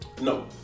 no